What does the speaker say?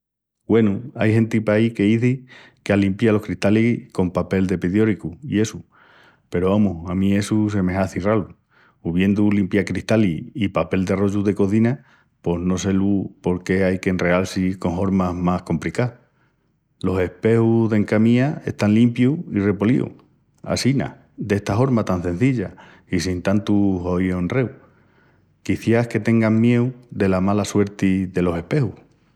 Güenu, ai genti paí qu'izi que alimpia los cristalis con con papel de pedióricu i essu. Peru, amus, a mí essu se me hazi ralu. Uviendu limpiacristalis i papel de rollu de cozina pos no sé lu por qué ai qu'enreal-si con hormas más compricás. Los espejus d'encá mía están limpius i repolíus assina d'esta horma tan cenzilla i sin tantu hoíu enreu. Quiciás que tengan mieu dela mala suerti delos espejus!